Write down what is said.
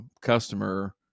customer